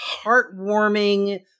heartwarming